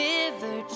River